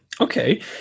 Okay